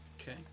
Okay